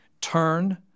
turn